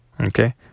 Okay